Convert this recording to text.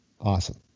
awesome